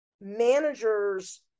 managers